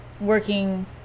working